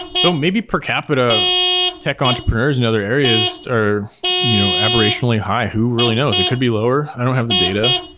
so maybe per capita tech entrepreneurs in and other areas are you know aberrationally high. who really knows? it could be lower. i don't have the data,